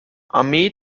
armee